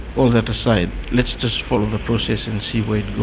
all that aside, let's just follow the process and see where